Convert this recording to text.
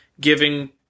giving